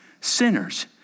Sinners